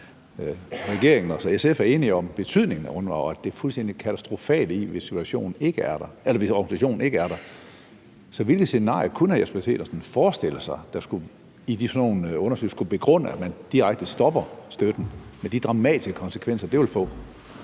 regeringen og SF – er enige om betydningen af UNRWA og det fuldstændig katastrofale i, hvis organisationen ikke er der. Hvilket scenariekunne hr. Jesper Petersen forestille sig at der i sådan nogle undersøgelser skulle begrunde, at man direkte stopper støtten med de dramatiske konsekvenser, det vil få?